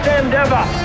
endeavor